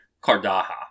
Kardaha